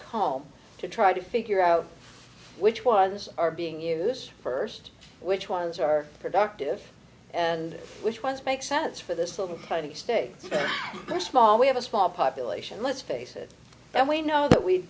comb to try to figure out which ones are being use first which ones are productive and which ones make sense for this little tiny states or small we have a small population let's face it and we know that we